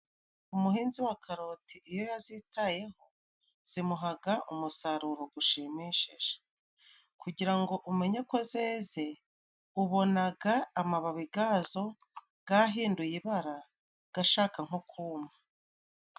Umuhinzi wa karoti iyo yazitayeho, zimuhaga umusaruro gushimishije kugira ngo umenye ko zeze ubonaga amababi gazo gahinduye ibara gashaka nko kuma.